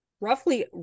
Roughly